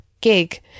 gig